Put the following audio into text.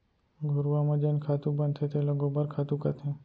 घुरूवा म जेन खातू बनथे तेला गोबर खातू कथें